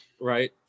Right